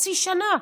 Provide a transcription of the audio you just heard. חצי שנה.